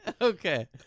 Okay